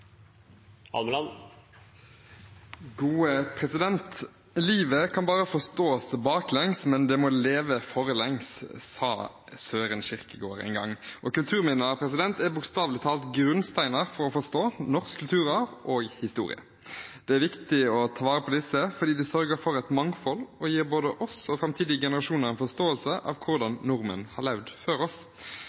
Livet kan bare forstås baklengs, men det må leves forlengs, sa Søren Kierkegaard en gang. Kulturminner er bokstavelig talt grunnsteiner for å forstå norsk kulturarv og historie. Det er viktig å ta vare på disse, fordi det sørger for et mangfold og gir både oss og framtidige generasjoner en forståelse av hvordan nordmenn har levd før oss.